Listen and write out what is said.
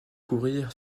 courir